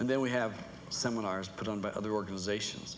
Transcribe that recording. and then we have seminars put on by other organizations